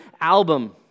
album